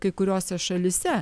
kai kuriose šalyse